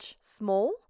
small